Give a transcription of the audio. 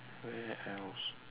where else